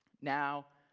now,